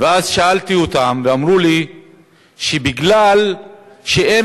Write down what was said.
ואז שאלתי אותם, ואמרו לי שמכיוון שאין